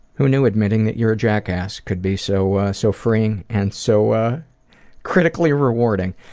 who knew admitting that you're a jackass could be so ah so freeing and so critically rewarding.